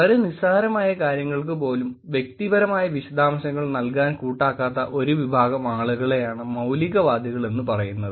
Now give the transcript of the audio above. വളരെ നിസ്സാരമായ കാര്യങ്ങൾക്ക് പോലും വ്യക്തിപരമായ വിശദാംശങ്ങൾ നല്കാൻ കൂട്ടാക്കാത്ത ഒരു വിഭാഗം ആളുകളെയാണ് മൌലികവാദികൾ എന്ന് പറയുന്നത്